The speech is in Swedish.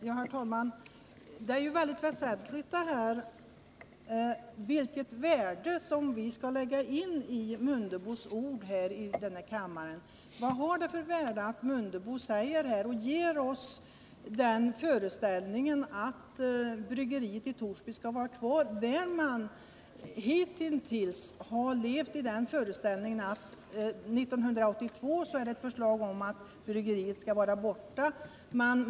Herr talman! Det är ju väsentligt att veta vilken vikt vi i detta fall skall tillmäta Ingemar Mundebos ord här i kammaren. Vad betyder det att han ger oss den föreställningen att bryggeriet i Torsby skall vara kvar? Där har man hitintills levt i den föreställningen att vad som föreslås är att bryggeriet skall vara borta 1982.